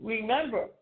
Remember